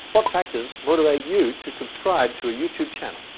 what factors motivate you to subscribe to a youtube channel?